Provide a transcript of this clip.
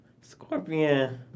Scorpion